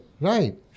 Right